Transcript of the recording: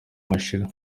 mashira